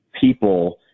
people